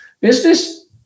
business